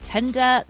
Tender